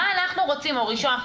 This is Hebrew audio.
או ראשון.